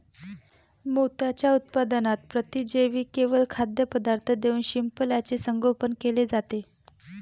मोत्यांच्या उत्पादनात प्रतिजैविके व खाद्यपदार्थ देऊन शिंपल्याचे संगोपन केले जाते